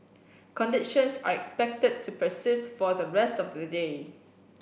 conditions are expected to persist for the rest of the day